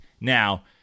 Now